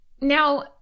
Now